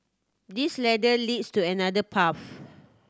this ladder leads to another path